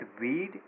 weed